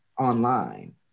online